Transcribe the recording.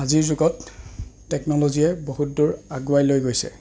আজিৰ যুগত টেকন'লজিয়ে বহুত দূৰ আগুৱাই লৈ গৈছে